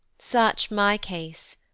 such my case.